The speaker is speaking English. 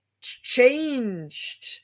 changed